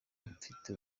mfite